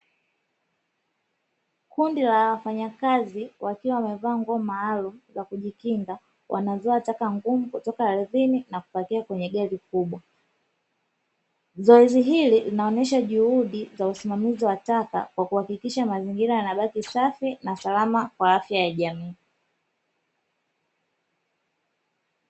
Kundi la wafanyakazi wakiwa wamevaa nguo maalumu za kujikinga, wanazoa taka ngumu kutoka ardhini na kupakia kwenye gari kubwa. Zoezi hili linaonyesha juhudi za usimamizi wa taka, kwa kuhakikisha mazingira yanabaki safi na salama kwa afya ya jamii.